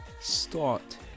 start